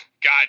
God